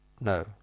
No